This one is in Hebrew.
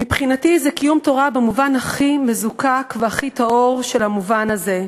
מבחינתי זה קיום תורה במובן הכי מזוקק והכי טהור של זה.